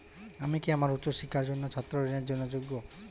আমি কি আমার উচ্চ শিক্ষার জন্য ছাত্র ঋণের জন্য যোগ্য?